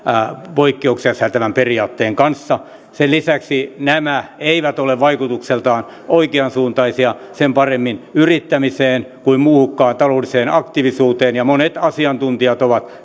poikkeuksia sisältävän periaatteen kanssa sen lisäksi nämä eivät ole vaikutuksiltaan oikeansuuntaisia sen paremmin yrittämiseen kuin muuhunkaan taloudelliseen aktiivisuuteen ja monet asiantuntijat ovat